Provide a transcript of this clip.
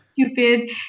stupid